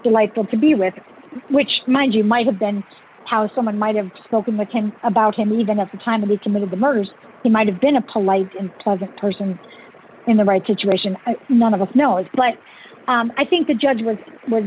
delightful to be with which mind you might have been how someone might have spoken with him about him even at the time of the committed the murders he might have been a polite and pleasant person in the right situation none of us know it but i think the judge was